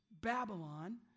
Babylon